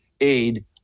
aid